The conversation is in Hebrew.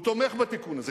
הוא תומך בתיקון הזה,